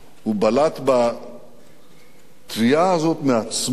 הוא בלט בתביעה הזאת מעצמו,